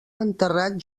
enterrat